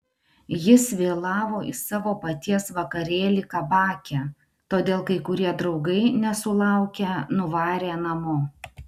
jis vėlavo į savo paties vakarėlį kabake todėl kai kurie draugai nesulaukę nuvarė namo